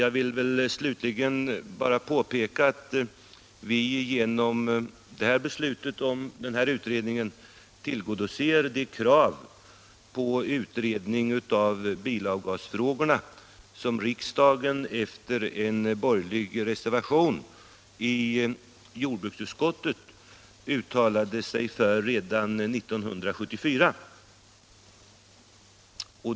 Jag vill slutligen bara påpeka att vi genom beslutet om den här utredningen tillgodosett de krav på utredning av bilavgasfrågorna som riksdagen efter en borgerlig reservation i jordbruksutskottet uttalade redan 1974.